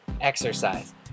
exercise